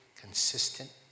consistent